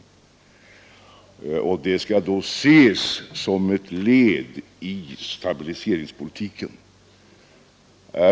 Detta bör då ses som ett led i stabiliseringspolitiken.